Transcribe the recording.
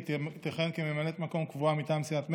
תכהן כממלאת מקום קבועה מטעם סיעת מרצ,